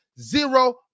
zero